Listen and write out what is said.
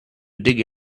dig